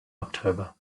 october